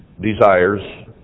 desires